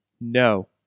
No